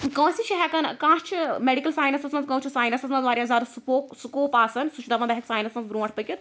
کٲنٛسہِ چھُ ہیٚکان کانٛہہ چھُ میٚڈِکٕل ساینَسَس مَنٛز کٲنٛسہِ چھُ ساینَسَس مَنٛز واریاہ زیادٕ سپوک سُکوپ آسان سُہ چھُ دَپان بہٕ ہیٚکہٕ ساینَسَس مَنٛز برٛونٛٹھ پٔکِتھ